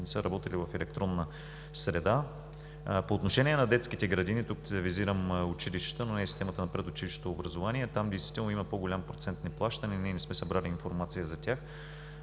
не са работили в електронна среда. По отношение на детските градини – тук визирам училищата, но не и системата на предучилищното образование, там действително има по-голям процент неплащане. Ние не сме събрали информация за тях,